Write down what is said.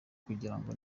kugirango